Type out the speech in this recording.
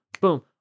boom